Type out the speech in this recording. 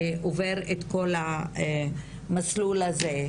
שעובר את כל המסלול הזה,